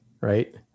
right